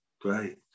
Great